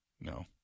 No